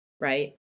right